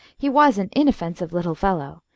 he was an inoffensive little fellow,